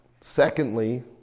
secondly